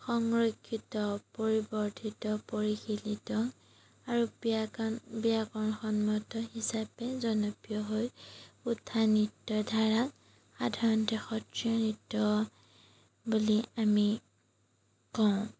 সংৰক্ষিত পৰিৱৰ্ধিত পৰিশীলিত আৰু ব্যাকণ ব্যাকৰণসন্মত হিচাপে জনপ্ৰিয় হৈ উঠা নৃত্য ধাৰা সাধাৰণতে সত্ৰীয়া নৃত্য বুলি আমি কওঁ